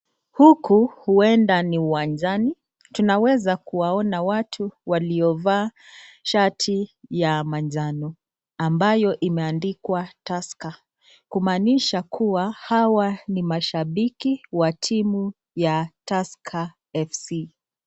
Huku huenda ni uwanjani, tunaweza kuwaona watu waliovaa shati ya manjano ambayo imeandikwa Tusker kumaanisha hawa ni mashabiki wa timu ya Tusker Fc.